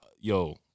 Yo